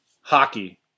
hockey